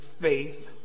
faith